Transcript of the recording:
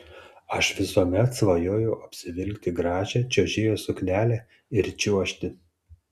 aš visuomet svajojau apsivilkti gražią čiuožėjos suknelę ir čiuožti